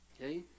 okay